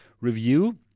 review